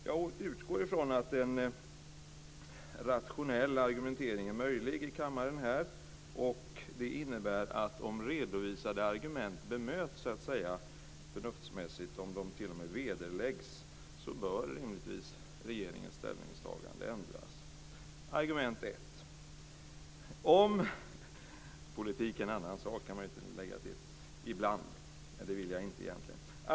Jag utgår från att en rationell argumentering är möjlig i kammaren, och det innebär att om redovisade argument bedöms förnuftsmässigt, om de t.o.m. vederläggs, bör rimligtvis regeringens ställningstagande ändras. Politik är en annan sak ibland, kan jag lägga till, men det vill jag egentligen inte.